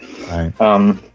Right